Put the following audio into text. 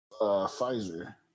Pfizer